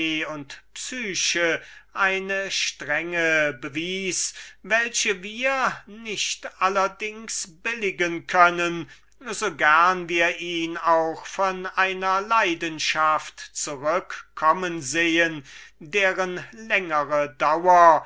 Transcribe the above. und psyche eine strenge bewies welche wir nicht allerdings billigen können so gerne wir ihn auch von einer leidenschaft zurückkommen sehen deren längere dauer